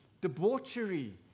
debauchery